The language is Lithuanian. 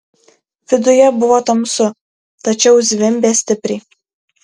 viduje buvo tamsu tačiau zvimbė stipriai